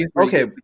Okay